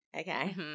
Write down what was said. Okay